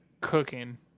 cooking